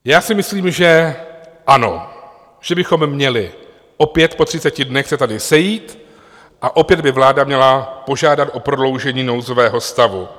Já si myslím, že ano, že bychom měli opět po 30 dnech se tady sejít a opět by vláda měla požádat o prodloužení nouzového stavu.